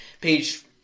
page